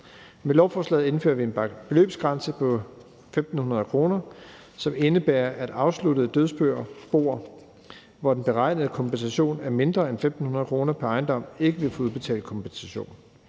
Med lovforslaget indfører vi en beløbsgrænse på 1.500 kr., som indebærer, at afsluttede dødsboer, hvor den beregnede kompensation er mindre end 1.500 kr. pr. ejendom, ikke vil kunne få udbetalt kompensation.